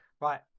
right